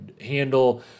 handle